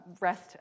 rest